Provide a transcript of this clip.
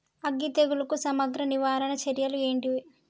అగ్గి తెగులుకు సమగ్ర నివారణ చర్యలు ఏంటివి?